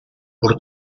por